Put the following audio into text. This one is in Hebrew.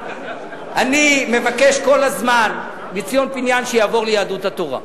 אני מבקש כל הזמן מציון פיניאן שיעבור ליהדות התורה.